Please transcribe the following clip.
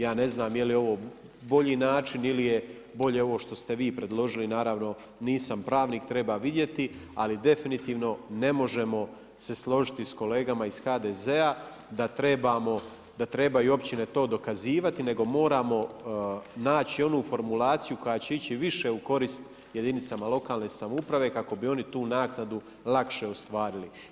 Ja ne znam je li ovo bolji način ili je bolje ovo što ste vi predložili, naravno, nisam pravnik, treba vidjeti, ali definitivno ne možemo se složiti sa kolegama iz HDZ-a da trebaju općine to dokazivati, nego moramo naći onu formulaciju koja će ići više u korist jedinicama lokalne samouprave kako bi onu tu naknadu lakše ostvarili.